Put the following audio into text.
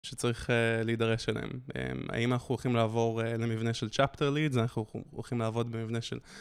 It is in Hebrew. שצריך להידרש עליהם. האם אנחנו הולכים לעבור למבנה של צ'אפטרלידס, או אנחנו הולכים לעבוד במבנה של...